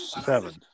seven